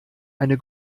eine